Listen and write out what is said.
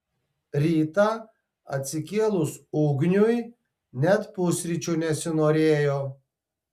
rytą atsikėlus ugniui net pusryčių nesinorėjo